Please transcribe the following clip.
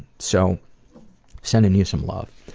so sending you some love.